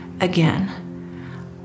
again